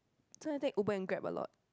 so I take Uber Grab a lot